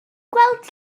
gweld